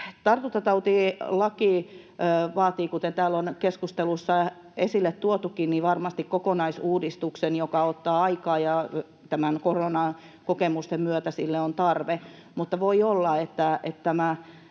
Tartuntatautilaki vaatii, kuten täällä on keskustelussa esille tuotukin, varmasti koko-naisuudistuksen, joka ottaa aikaa, ja näiden koronakokemusten myötä sille on tarve, mutta voi olla, että tämän